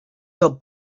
your